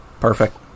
Perfect